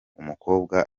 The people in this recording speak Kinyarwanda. umukobwa